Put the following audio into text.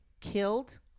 killed